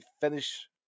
finish